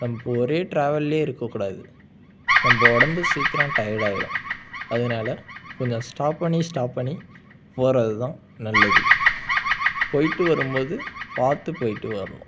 நம் இப்போது ஒரே டிராவல்லே இருக்கக்கூடாது நம்ம உடம்பு சீக்கிரம் டையர்டாகிடும் அதனால கொஞ்சம் ஸ்டாப் பண்ணி ஸ்டாப் பண்ணி போகிறது தான் நல்லது போய்ட்டு வரும்போது பார்த்து போய்ட்டு வரணும்